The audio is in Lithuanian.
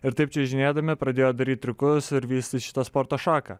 ir taip čiuožinėdami pradėjo daryt triukus ir vystyt šitą sporto šaką